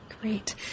Great